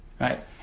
Right